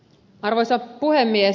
arvoisa puhemies